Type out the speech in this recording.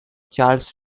charles